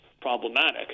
problematic